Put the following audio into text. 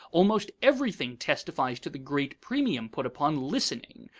almost everything testifies to the great premium put upon listening,